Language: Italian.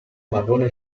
marrone